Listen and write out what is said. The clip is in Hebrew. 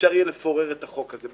אפשר יהיה לפורר את החוק הזה.